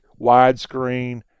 widescreen